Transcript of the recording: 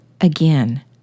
again